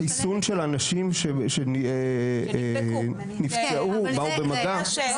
חיסון של אנשים שנפצעו, באו במגע.